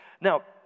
Now